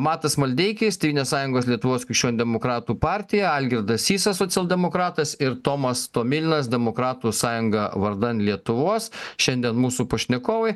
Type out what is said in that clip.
matas maldeikis tėvynės sąjungos lietuvos krikščionių demokratų partija algirdas sysas socialdemokratas ir tomas tomilinas demokratų sąjunga vardan lietuvos šiandien mūsų pašnekovai